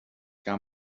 gar